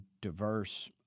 diverse